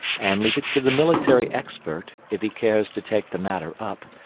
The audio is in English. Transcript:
and leave it to the military expert, if he cares to take the matter up,